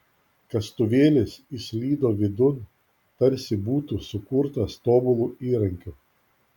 kastuvėlis įslydo vidun tarsi būtų sukurtas tobulu įrankiu